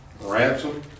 ransom